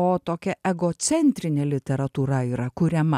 o tokia egocentrinė literatūra yra kuriama